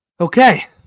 Okay